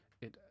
it